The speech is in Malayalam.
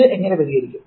ഇത് എങ്ങനെ പരിഹരിക്കും